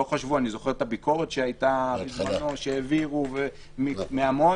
אני זוכר את הביקורת שהייתה בזמנו כשהעבירו את החוק,